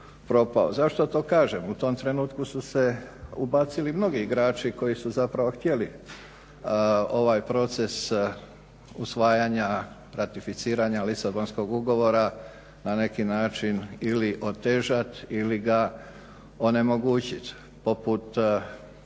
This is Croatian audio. Zašto to kažem? U tom trenutku su se ubacili mnogi igrači koji su zapravo htjeli ovaj proces usvajanja, ratificiranja Lisabonskog ugovora na neki način ili otežati ili ga onemogućiti poput